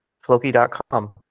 Floki.com